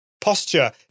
Posture